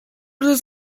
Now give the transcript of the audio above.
this